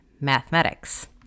mathematics